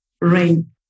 rain